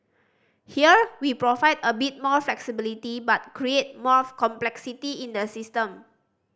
here we provide a bit more flexibility but create more complexity in the system